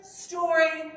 story